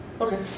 Okay